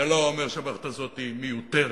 זה לא אומר שהמערכת הזאת מיותרת,